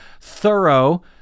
thorough